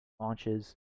launches